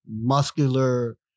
muscular